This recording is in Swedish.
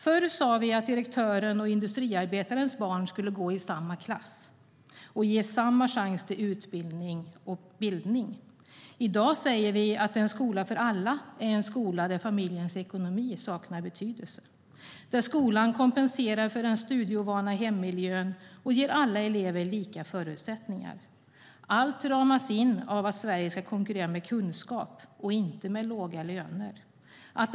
Förr sa vi att direktörens och industriarbetarens barn skulle gå i samma klass och ges samma chans till utbildning och bildning. I dag säger vi att en skola för alla är en skola där familjens ekonomi saknar betydelse. Skolan ska kompensera för den studieovana hemmiljön och ge alla elever lika förutsättningar. Allt ramas in av att Sverige ska konkurrera med kunskap och inte med låga löner.